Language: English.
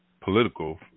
political